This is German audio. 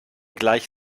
gleich